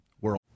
World